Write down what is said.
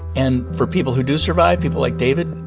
and for people who do survive, people like david,